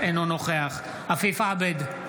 אינו נוכח עפיף עבד,